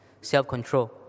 self-control